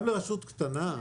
גם רשות קטנה,